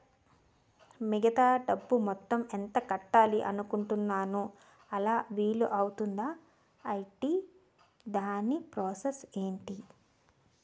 మిగతా డబ్బు మొత్తం ఎంత కట్టాలి అనుకుంటున్నాను అలా వీలు అవ్తుంధా? ఐటీ దాని ప్రాసెస్ ఎంటి?